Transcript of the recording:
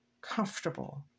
comfortable